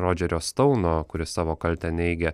rodžerio stauno kuris savo kaltę neigia